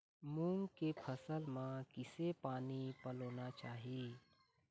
मूंग के फसल म किसे पानी पलोना चाही?